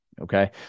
Okay